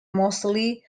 mostly